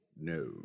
No